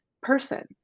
person